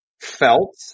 felt